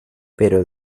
pero